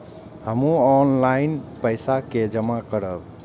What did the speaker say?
हमू ऑनलाईनपेसा के जमा करब?